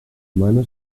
mana